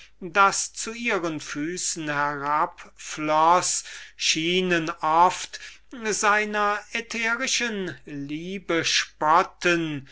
das zu ihren füßen herabfloß schienen seiner ätherischen liebe zu spotten